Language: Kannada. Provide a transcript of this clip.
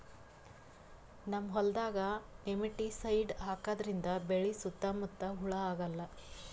ನಮ್ಮ್ ಹೊಲ್ದಾಗ್ ನೆಮಟಿಸೈಡ್ ಹಾಕದ್ರಿಂದ್ ಬೆಳಿ ಸುತ್ತಾ ಮುತ್ತಾ ಹುಳಾ ಆಗಲ್ಲ